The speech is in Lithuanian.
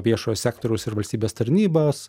viešojo sektoriaus ir valstybės tarnybos